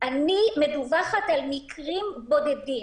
אני מדווחת על מקרים בודדים.